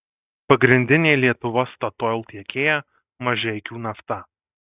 pagrindinė lietuva statoil tiekėja mažeikių nafta